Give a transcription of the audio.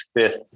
fifth